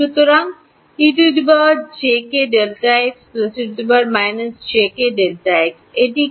সুতরাং ejkΔx e − jkΔx এটি কি